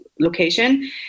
location